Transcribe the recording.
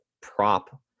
prop